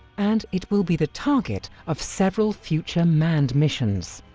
and it will be the target of several future manned missions.